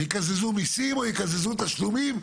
שיקזזו מיסים ויקזזו תשלומים,